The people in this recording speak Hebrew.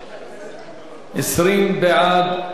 20 בעד, אין מתנגדים, אין נמנעים.